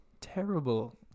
terrible